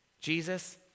Jesus